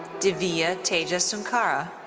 divya teja sunkara.